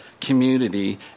community